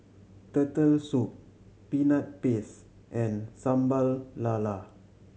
Turtle Soup Peanut Paste and Sambal Lala